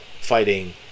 fighting